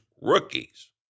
rookies